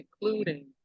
including